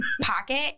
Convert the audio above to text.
pocket